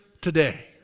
today